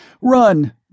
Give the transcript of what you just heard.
Run